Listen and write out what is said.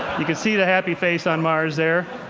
you see the happy face on mars, there.